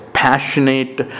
Passionate